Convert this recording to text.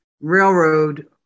Railroad